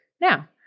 now